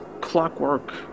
clockwork